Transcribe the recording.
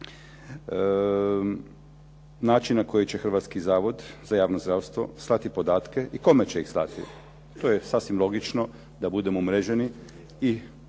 Način na koji će Hrvatski zavod za javno zdravstvo slati podatke i kome će ih slati, to je sasvim logično da budemo umreženi i